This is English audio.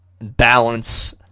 balance